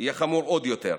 יהיה חמור עוד יותר: